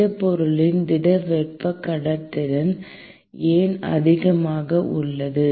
திடப்பொருட்களின் திட வெப்ப கடத்துத்திறன் ஏன் அதிகமாக உள்ளது